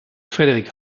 frederick